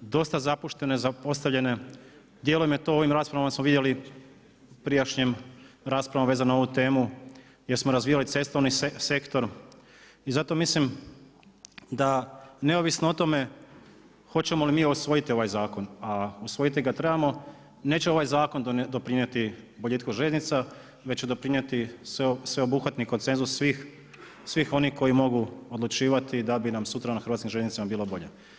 dosta zapuštene, zapostavljene, dijelom u ovim raspravama smo vidjeli, prijašnjim raspravama vezano uz ovu temu gdje smo razvijali cestovni sektor i zato mislim da neovisno o tome hoćemo li mi usvojiti ovaj zakon, a usvojiti ga trebamo, neće ovaj zakon doprinijeti boljitku željeznica, već će doprinijeti sveobuhvatni konsenzus svih onih koji mogu odlučivati da bi nam sutra na hrvatskim željeznicama bilo bolje.